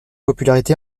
popularité